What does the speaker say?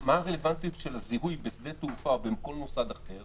מה הרלוונטיות של הזיהוי בשדה תעופה או בכל מוסד אחר